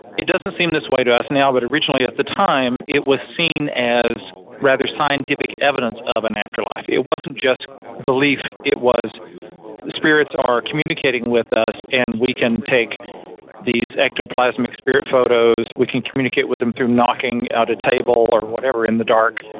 it doesn't seem this way to us now but originally at the time, it was seen as rather scientific evidence of an afterlife. it wasn't just belief. spirits are communicating with us and we can take these ectoplasmic spirit photos, we can communicate with them through knocking out a table or whatever in the dark.